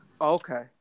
Okay